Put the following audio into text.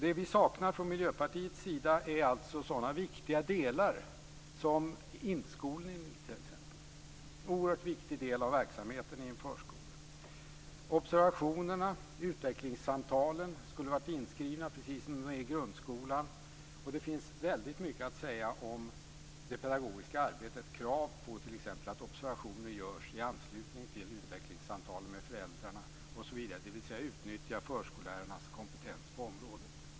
Det vi från Miljöpartiets sida saknar är sådana viktiga delar som t.ex. inskolning. Det är en oerhört viktig del av verksamheten i en förskola. Det gäller också observationerna och utvecklingssamtalen. De skulle varit inskrivna precis som de är i grundskolan. Det finns också väldigt mycket att säga om det pedagogiska arbetet. Det gäller t.ex. krav på att observationer görs i anslutning till utvecklingssamtalen med föräldrarna osv, dvs. att utnyttja förskollärarnas kompetens på området.